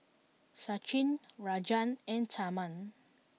Sachin Rajan and Tharman